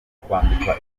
kwambikwa